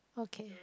okay